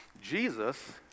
Jesus